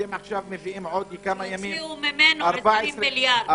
אתם עכשיו מביאים עוד כמה ימים 14 מיליארד.